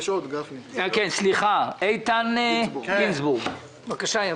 איתן גינזבורג, בבקשה.